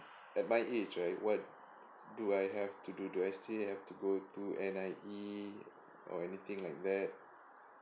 at my age right what do I have to do do I still have to go through N_I_E or anything like that